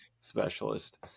specialist